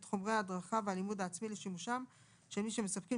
את חומרי ההדרכה והלימוד העצמי לשימושם של מי שמספקים